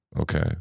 okay